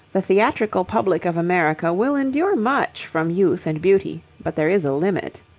the theatrical public of america will endure much from youth and beauty, but there is a limit.